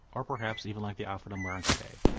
or perhaps even like the outfit i'm wearing today,